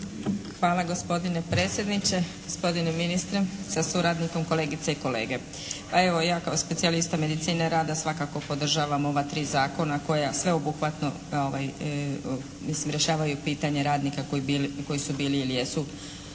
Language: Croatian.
Hvala gospodine predsjedniče. Gospodine ministre sa suradnikom, kolegice i kolege. Pa evo ja kao specijalista medicine rada svakako podržavam ova tri zakona koja sveobuhvatno mislim rješavaju pitanje radnika koji bili, koji su